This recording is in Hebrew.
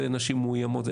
זה נשים מאוימות,